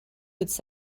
would